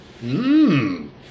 Mmm